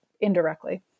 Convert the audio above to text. indirectly